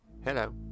Hello